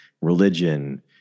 religion